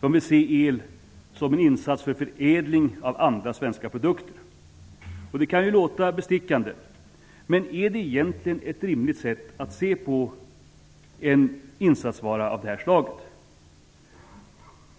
De vill se el som en insats för förädling av andra svenska produkter. Det kan låta bestickande, men är det egentligen ett rimligt sätt att se på en insatsvara av det här slaget?